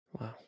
Wow